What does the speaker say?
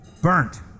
burnt